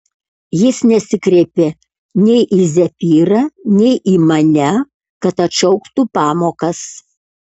jis nesikreipė nei į zefyrą nei į mane kad atšauktų pamokas